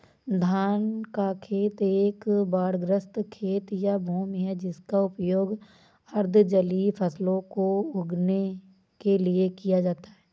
धान का खेत एक बाढ़ग्रस्त खेत या भूमि है जिसका उपयोग अर्ध जलीय फसलों को उगाने के लिए किया जाता है